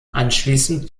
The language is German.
anschließend